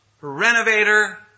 renovator